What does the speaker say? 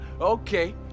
okay